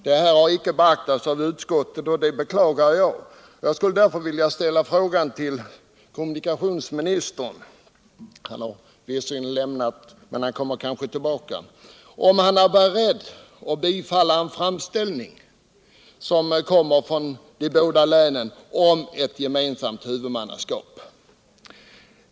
Jag beklagar därför att denna synpunkt inte beaktats av utskottet. Jag skulle vilja ställa frågan till kommunikationsministern — som visserligen nu har lämnat kammaren, men som kanske kommer tillbaka om han är beredd att bifalla en framställning från de båda länen om ett gemensamt huvudmannaskap.